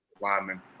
linemen